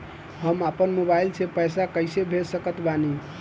हम अपना मोबाइल से पैसा कैसे भेज सकत बानी?